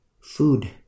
food